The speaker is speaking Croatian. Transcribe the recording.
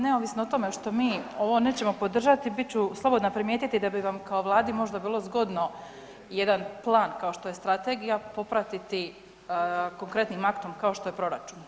Neovisno o tome što mi ovo nećemo podržati biti ću slobodna primijetiti da bi vam kao Vladi možda bilo zgodno jedan plan kao što je strategija popratiti konkretnim aktom kao što je proračun.